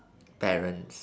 parents